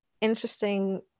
interesting